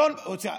תראי,